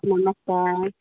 नमस्कार